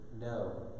no